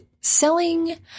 selling